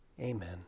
Amen